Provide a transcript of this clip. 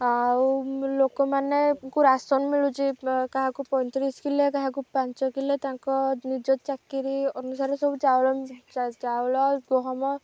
ଆଉ ଲୋକମାନଙ୍କୁ ରାସନ୍ ମିଳୁଛି କାହାକୁ ପଇଁତିରିଶ କିଲୋ କାହାକୁ ପାଞ୍ଚ କିଲୋ ତାଙ୍କ ନିଜ ଚାକିରି ଅନୁସାରେ ସବୁ ଚାଉଳ ଚାଉଳ ଗହମ